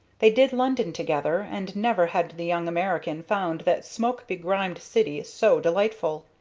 they did london together, and never had the young american found that smoke-begrimed city so delightful.